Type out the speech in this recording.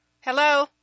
Hello